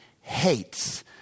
hates